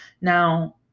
Now